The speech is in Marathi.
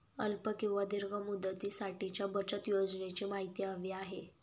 अल्प किंवा दीर्घ मुदतीसाठीच्या बचत योजनेची माहिती हवी आहे